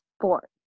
sport